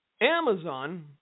Amazon